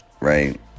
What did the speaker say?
right